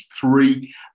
three